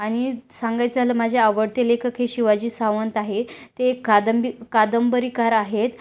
आणि सांगायचं झालं माझे आवडते लेखक हे शिवाजी सावंत आहे ते एक कादंबी कादंबरीकार आहेत